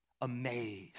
amazed